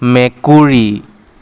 মেকুৰী